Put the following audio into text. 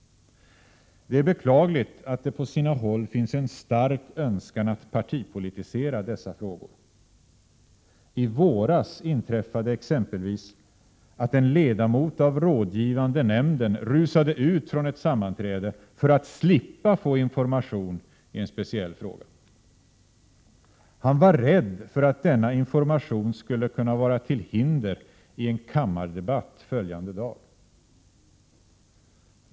Det är beklagligt att det på sina håll finns en stark önskan att partipolitisera dessa frågor. I våras inträffade det exempelvis att en ledamot av rådgivande nämnden rusade ut från ett sammanträde för att slippa få information i en speciell fråga. Han var rädd för att denna information skulle kunna vara till hinder i en kammardebatt följande dag.